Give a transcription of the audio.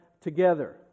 together